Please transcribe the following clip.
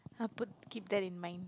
I put keep that in mind